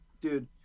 dude